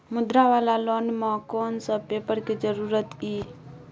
मुद्रा वाला लोन म कोन सब पेपर के जरूरत इ?